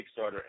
Kickstarter